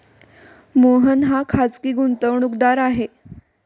मोहन हा खाजगी गुंतवणूकदार आहे